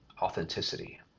authenticity